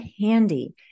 handy